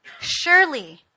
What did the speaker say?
surely